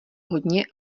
hodně